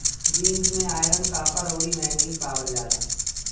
beans में iron, copper, अउरी manganese पावल जाला